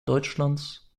deutschlands